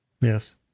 Yes